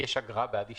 יש אגרה בעד השתלמויות?